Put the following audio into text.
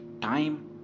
time